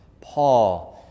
Paul